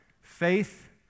Faith